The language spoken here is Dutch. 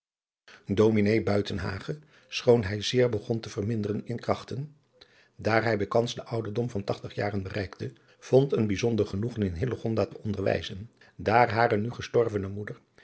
schoon hij zeer begon te verminderen in krachten daar hij bijkans den ouderdom van tachtig jaren bereikte vond een bijzonder genoegen in hillegonda te onderwijzen daar hare nu gestorvene moeder